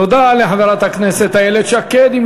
תודה לחברת הכנסת איילת שקד.